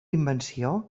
invenció